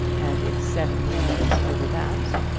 and its seven windows over that,